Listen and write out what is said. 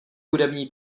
hudební